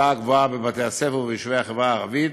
הגבוהה בבתי-הספר וביישובי החברה הערבית,